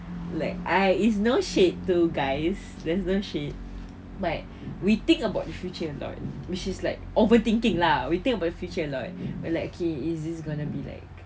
like I is no shade to guys there's not shade but we think about the future a lot which is like overthinking lah we think about the future a lot but like okay is this gonna be like